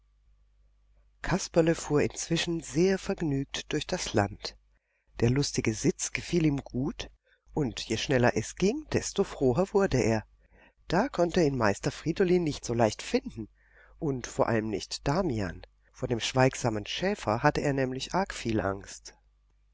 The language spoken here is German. kasperle fuhr inzwischen sehr vergnügt durch das land der lustige sitz gefiel ihm gut und je schneller es ging desto froher wurde er da konnte ihn meister friedolin nicht so leicht finden und vor allem nicht damian vor dem schweigsamen schäfer hatte er nämlich arg viel angst